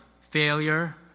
failure